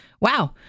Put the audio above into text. wow